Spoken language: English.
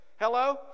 Hello